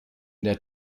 der